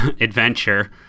adventure